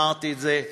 אמרתי את זה,